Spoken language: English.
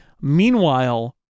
Meanwhile